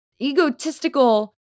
egotistical